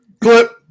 clip